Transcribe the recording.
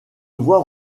voie